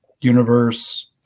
Universe